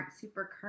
super